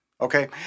okay